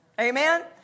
Amen